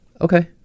Okay